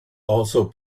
also